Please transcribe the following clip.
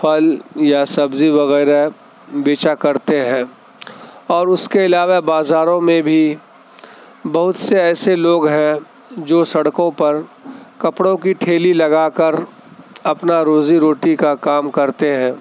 پھل یا سبزی وغیرہ بیچا کرتے ہیں اور اس کے علاوہ بازاروں میں بھی بہت سے ایسے لوگ ہیں جو سڑکوں پر کپڑوں کی ٹھیلی لگا کر اپنا روزی روٹی کا کام کرتے ہیں